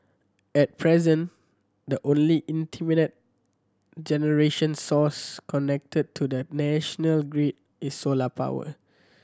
at present the only intermittent generation source connected to the national grid is solar power